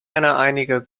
einige